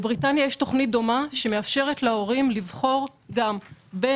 בבריטניה יש תוכנית דומה שמאפשרת להורים לבחור בין